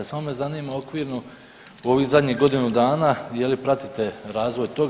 Samo me zanima okvirno u ovih zadnjih godinu dana je li pratite razvoj toga?